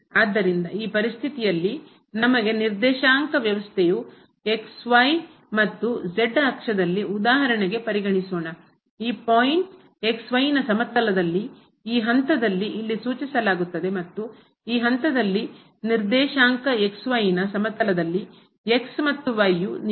ಆದ್ದರಿಂದ ಈ ಪರಿಸ್ಥಿತಿಯಲ್ಲಿ ನಮಗೆ ನಿರ್ದೇಶಾಂಕ ವ್ಯವಸ್ಥೆಯು ಮತ್ತು ಅಕ್ಷದಲ್ಲಿ ಉದಾಹರಣೆಗೆ ಪರಿಗಣಿಸೋಣಈ ಪಾಯಿಂಟ್ ಸಮತಲದಲ್ಲಿ ಈ ಹಂತದಲ್ಲಿ ಇಲ್ಲಿ ಸೂಚಿಸಲಾಗುತ್ತದೆ ಮತ್ತು ಈ ಹಂತದಲ್ಲಿ ನಿರ್ದೇಶಾಂಕ ಸಮತಲದಲ್ಲಿ ಮತ್ತು ಯು ನೀಡುವುದು